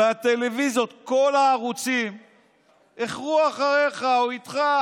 הטלוויזיות וכל הערוצים החרו-החזיקו אחריך או איתך,